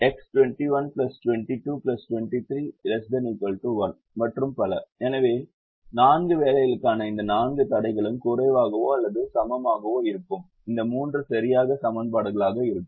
எனவே 4 வேலைகளுக்கான இந்த நான்கு தடைகளும் குறைவாகவோ அல்லது சமமாகவோ இருக்கும் இந்த 3 சரியாக சமன்பாடுகளாக இருக்கும்